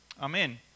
Amen